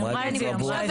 היא אמרה את זה בצורה ברורה,